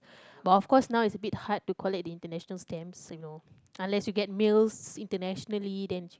but of course now its a bit hard to collect the international stamps you know unless you get mails internationally then